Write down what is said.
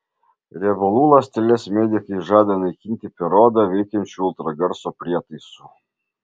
riebalų ląsteles medikai žada naikinti per odą veikiančiu ultragarso prietaisu